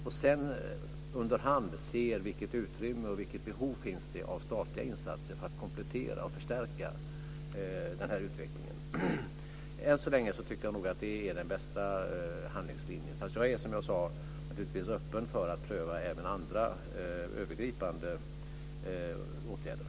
Sedan får vi underhand se vilket utrymme och vilket behov som finns av statliga insatser för att komplettera och förstärka utvecklingen. Än så länge tycker jag nog att det är den bästa handlingslinjen. Men jag är, som jag sade, naturligtvis öppen för att pröva även andra övergripande åtgärder.